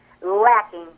lacking